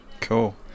cool